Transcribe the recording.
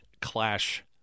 clash